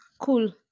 Cool